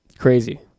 crazy